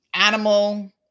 Animal